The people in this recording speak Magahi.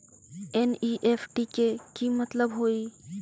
एन.ई.एफ.टी के कि मतलब होइ?